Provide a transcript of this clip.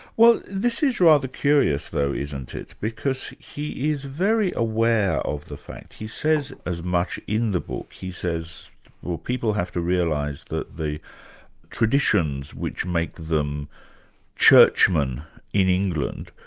well this is rather curious though, isn't it, because he is very aware of the fact, he says as much in the book, he says well people have to realise that the traditions which make them churchmen in england,